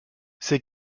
ses